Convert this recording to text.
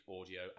audio